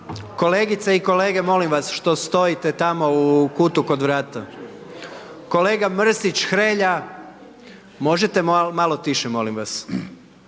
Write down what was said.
Kolegice i kolege, molim vas, što stojite tamo u kutu kraj vrata, kolega Mrsić, Hrelja, možete malo tiše, molim vas,